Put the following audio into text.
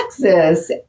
Texas